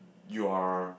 you are